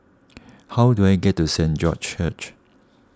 how do I get to Saint George's Church